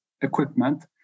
equipment